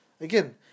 Again